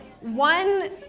one